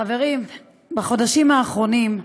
חברים, בחודשים האחרונים,